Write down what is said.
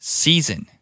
season